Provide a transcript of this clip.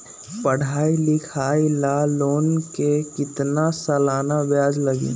पढाई लिखाई ला लोन के कितना सालाना ब्याज लगी?